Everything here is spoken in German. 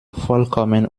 vollkommen